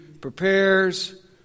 prepares